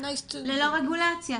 ללא רגולציה,